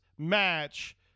Match